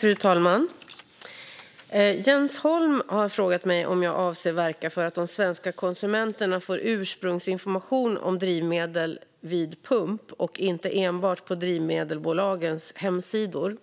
Fru talman! Jens Holm har frågat mig om jag avser att verka för att de svenska konsumenterna får ursprungsinformation om drivmedel vid pump och inte enbart på drivmedelsbolagens hemsidor.